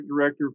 director